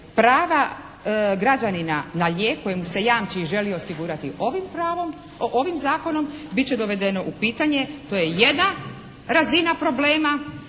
prava građanina na lijek kojem se jamči i želi osigurati ovim pravom, ovim zakonom, bit će dovedeno u pitanje. To je jedna razina problema